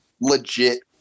legit